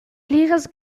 pliras